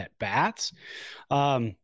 at-bats